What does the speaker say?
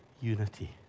unity